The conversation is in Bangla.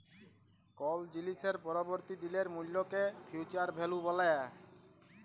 কল জিলিসের পরবর্তী দিলের মূল্যকে ফিউচার ভ্যালু ব্যলে